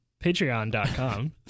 patreon.com